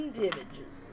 damages